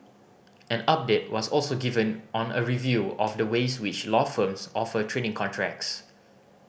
an update was also given on a review of the ways which law firms offer training contracts